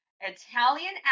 Italian